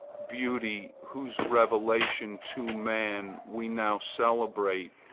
beauty, whose revelation to man we now celebrate,